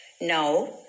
Now